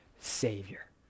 Savior